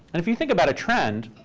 and if you think about a trend,